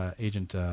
agent